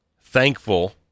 thankful